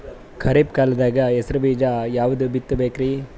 ಖರೀಪ್ ಕಾಲದಾಗ ಹೆಸರು ಬೀಜ ಯಾವದು ಬಿತ್ ಬೇಕರಿ?